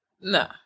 no